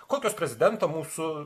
kokios prezidento mūsų